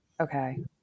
Okay